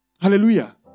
Hallelujah